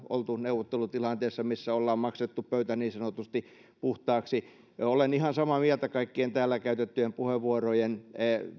oltu neuvottelutilanteessa missä ollaan maksettu pöytä niin sanotusti puhtaaksi olen ihan samaa mieltä kaikkien täällä käytettyjen puheenvuorojen